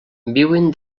viuen